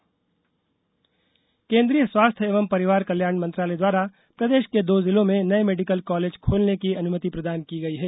medical college केंद्रीय स्वास्थ्य एवं परिवार कल्याण मंत्रालय द्वारा प्रदेश के दो जिलों में नये मेडिकल कॉलेज खोलने की अनुमति प्रदान की है